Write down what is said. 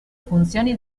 funzioni